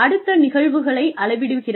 அடுத்து நிகழ்வுகளை அளவிடுகிறது